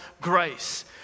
grace